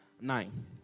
nine